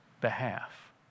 behalf